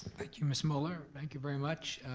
thank you, miss muller, thank you very much.